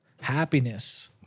happiness